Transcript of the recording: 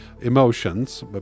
emotions